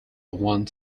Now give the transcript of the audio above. one